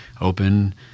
open